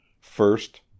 first